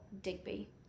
Digby